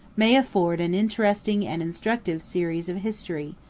may afford an interesting and instructive series of history,